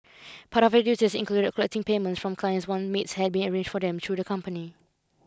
part of her duties collecting payments from clients one maids had been arranged for them through the company